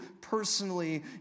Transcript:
personally